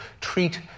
treat